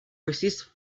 resist